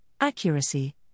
accuracy